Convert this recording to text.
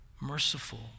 merciful